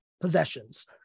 possessions